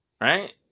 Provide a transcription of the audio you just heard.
right